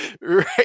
Right